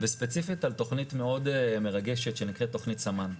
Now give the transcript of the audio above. וספציפית על תוכנית מאוד מרגשת שנקראת תוכנית "סמן",